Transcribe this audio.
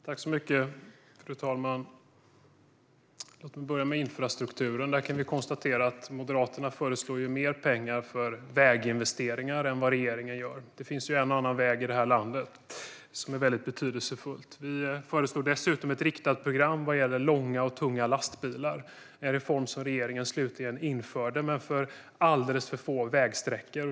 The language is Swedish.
Fru talman! Låt mig börja med infrastrukturen. Vi kan konstatera att Moderaterna föreslår mer pengar för väginvesteringar än vad regeringen gör. Det finns ju en och annan väg i detta land. Det är väldigt betydelsefullt. Vi föreslår dessutom ett riktat program vad gäller långa och tunga lastbilar. Det är en reform som regeringen slutligen införde men för alldeles för få vägsträckor.